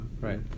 Right